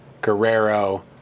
Guerrero